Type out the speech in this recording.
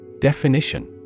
Definition